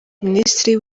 minisitiri